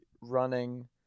running